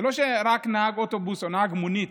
זה לא שרק אם עוצרים לנהג אוטובוס או לנהג מונית